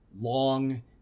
long